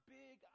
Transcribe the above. big